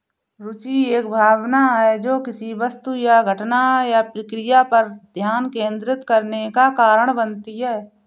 रूचि एक भावना है जो किसी वस्तु घटना या प्रक्रिया पर ध्यान केंद्रित करने का कारण बनती है